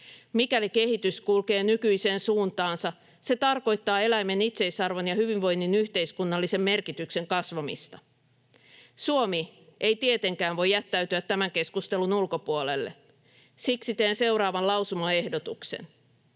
Mikäli kehitys kulkee nykyiseen suuntaansa, se tarkoittaa eläimen itseisarvon ja hyvinvoinnin yhteiskunnallisen merkityksen kasvamista. Suomi ei tietenkään voi jättäytyä tämän keskustelun ulkopuolelle. Siksi teen seuraavan lausumaehdotuksen: